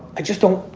i just don't,